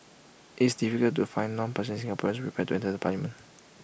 it's difficult to find non partisan Singaporeans prepared to enter the parliament